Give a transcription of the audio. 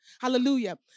Hallelujah